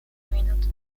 minut